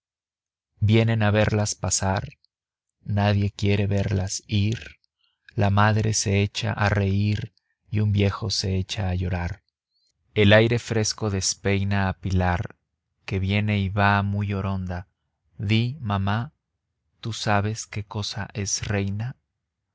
vienen a verlas pasar nadie quiere verlas ir la madre se echa a reír y un viejo se echa a llorar el aire fresco despeina a pilar que viene y va muy oronda di mamá tú sabes qué cosa es reina